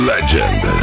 Legend